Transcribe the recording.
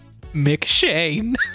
McShane